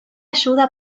ayuda